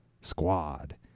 squad